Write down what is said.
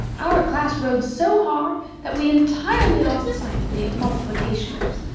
our class rowed so hard that we entirely lost sight of the multiplicationers,